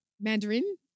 Mandarin